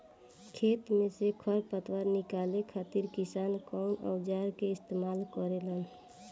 खेत में से खर पतवार निकाले खातिर किसान कउना औजार क इस्तेमाल करे न?